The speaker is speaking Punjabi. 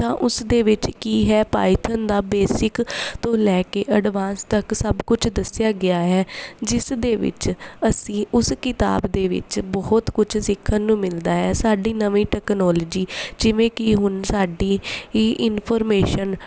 ਤਾਂ ਉਸ ਦੇ ਵਿੱਚ ਕੀ ਹੈ ਪਾਇਥਨ ਦਾ ਬੇਸਿਕ ਤੋਂ ਲੈ ਕੇ ਅਡਵਾਂਸ ਤੱਕ ਸਭ ਕੁਝ ਦੱਸਿਆ ਗਿਆ ਹੈ ਜਿਸ ਦੇ ਵਿੱਚ ਅਸੀਂ ਉਸ ਕਿਤਾਬ ਦੇ ਵਿੱਚ ਬਹੁਤ ਕੁਝ ਸਿੱਖਣ ਨੂੰ ਮਿਲਦਾ ਹੈ ਸਾਡੀ ਨਵੀਂ ਟੈਕਨੋਲਜੀ ਜਿਵੇਂ ਕਿ ਹੁਣ ਸਾਡੀ ਈ ਇਨਫੋਰਮੇਸ਼ਨ